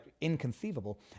inconceivable